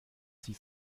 sie